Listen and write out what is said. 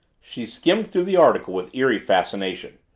she skimmed through the article with eerie fascination,